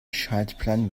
schaltplan